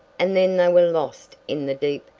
and then they were lost in the deep,